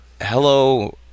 Hello